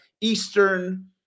Eastern